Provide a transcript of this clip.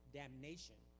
damnation